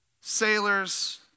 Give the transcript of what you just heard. sailors